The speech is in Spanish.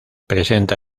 presenta